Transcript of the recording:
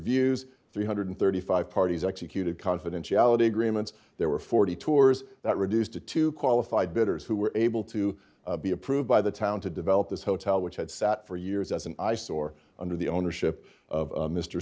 views three hundred and thirty five parties executed confidentiality agreements there were forty tours that reduced to two qualified bidders who were able to be approved by the town to develop this hotel which had sat for years as an eyesore under the ownership of